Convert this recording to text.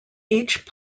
each